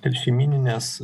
ir šeimyninės